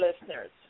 listeners